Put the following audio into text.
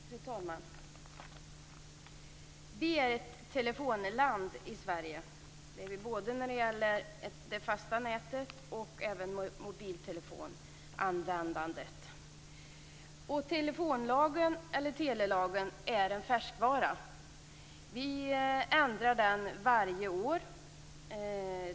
Fru talman! Sverige är ett telefonland, både när det gäller det fasta nätet och mobiltelefonanvändandet. Telelagen är en färskvara. Vi ändrar den varje år.